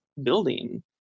building